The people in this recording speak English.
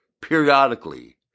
periodically